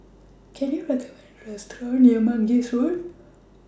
Can YOU recommend Me A Restaurant near Mangis Road